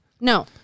No